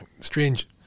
strange